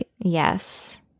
yes